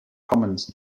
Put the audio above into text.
commons